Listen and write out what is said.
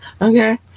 okay